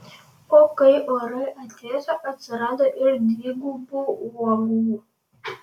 o kai orai atvėso atsirado ir dvigubų uogų